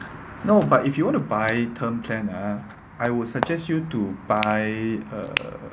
no but if you want to buy term plan ah I would suggest you to buy err